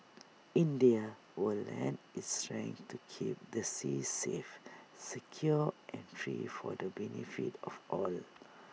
India will lend its strength to keep the seas safe secure and free for the benefit of all